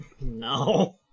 No